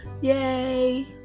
Yay